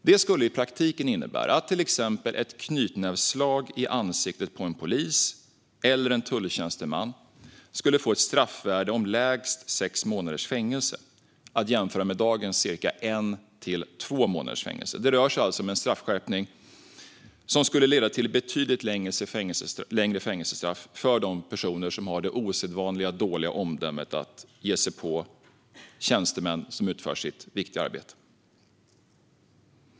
Det skulle i praktiken innebära att till exempel ett knytnävsslag i ansiktet på en polis eller en tulltjänsteman skulle få ett straffvärde om lägst sex månaders fängelse, att jämföra med dagens cirka en till två månaders fängelse. Det rör sig alltså om en straffskärpning som skulle leda till betydligt längre fängelsestraff för de personer som har det osedvanligt dåliga omdömet att ge sig på tjänstemän som utför sitt viktiga arbete.